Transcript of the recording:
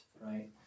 right